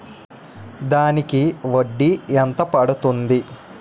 దానికి వడ్డీ ఎంత పడుతుంది?